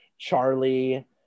Charlie